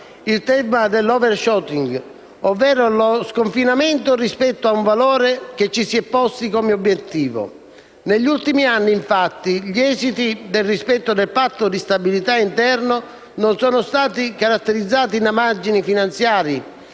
il tema dell'*overshooting*, ovvero lo sconfinamento rispetto ad una valore che ci si è posti come obiettivo. Negli ultimi anni, infatti, gli esiti del rispetto del Patto di stabilità interno sono stati caratterizzati da margini finanziari,